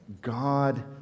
God